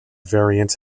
variant